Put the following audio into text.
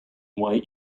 why